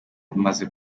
amaze